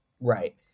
Right